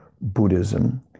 Buddhism